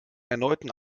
erneuten